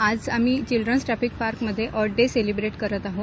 आज आम्ही children traffic पार्कमध्ये अर्थ डे सेलिब्रेट करत आहो